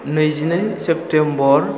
नैजिनै सेप्तेम्बर